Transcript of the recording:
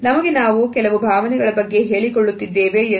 ನಮಗೆ ನಾವು ಕೆಲವು ಭಾವನೆಗಳ ಬಗ್ಗೆ ಹೇಳಿ ಕೊಳ್ಳುತ್ತಿದ್ದೇವೆ ಎಂದು